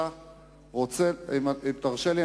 אם תרשה לי,